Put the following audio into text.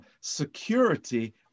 security